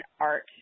art